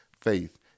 faith